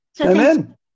Amen